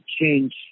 change